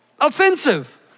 offensive